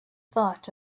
thought